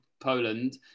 Poland